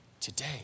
today